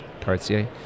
Cartier